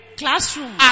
classroom